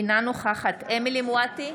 אינה נוכחת אמילי חיה מואטי,